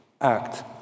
Act